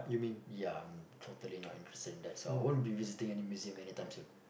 ya I'm totally not interested in that so I wouldn't be visiting any museum any time soon